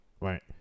right